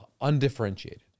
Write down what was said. undifferentiated